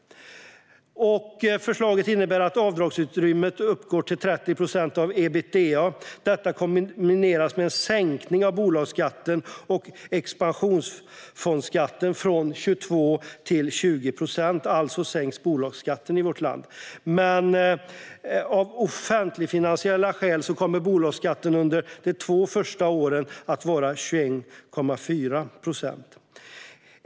Förslaget innebär att avdragsutrymmet uppgår till 30 procent av ebitda. Detta kombineras med en sänkning av bolagsskatten och expansionsfondsskatten från 22 procent till 20 procent. Alltså sänks bolagsskatten i vårt land. Men av offentligfinansiella skäl kommer bolagsskattesatsen under de två första åren att vara 21,4 procent.